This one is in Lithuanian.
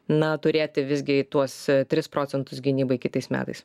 na turėti visgi tuos tris procentus gynybai kitais metais